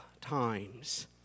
times